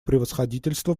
превосходительство